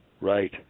right